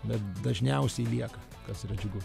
bet dažniausiai lieka kas yra džiugu